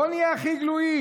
בואו נהיה הכי גלויים: